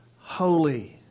holy